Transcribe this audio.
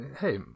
Hey